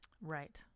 Right